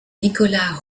nicolas